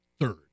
third